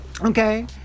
Okay